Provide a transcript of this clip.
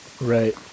Right